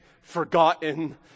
forgotten